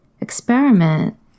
experiment